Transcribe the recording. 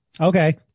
okay